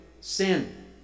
sin